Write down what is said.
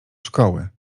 szkoły